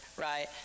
right